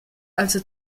also